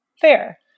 fair